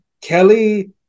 Kelly